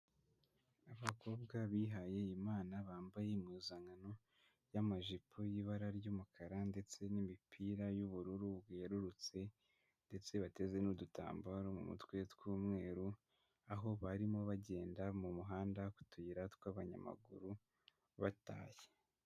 Abakobwa bihaye Imana bambaye impuzankano y'amajipo y'ibara ry'umukara ndetse n'imipira y'ubururu yerurutse ndetse bateze n'udutambaro mu mutwe tw'umweru, aho barimo bagenda mu muhanda ku tuyira tw'abanyamaguru batashye.